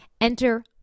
enter